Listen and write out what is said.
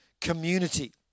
community